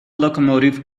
locomotive